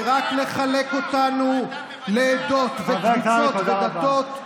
ורק לחלק אותנו לעדות וקבוצות ודתות,